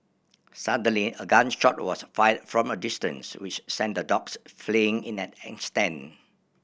suddenly a gun shot was fired from a distance which sent the dogs fleeing in an instant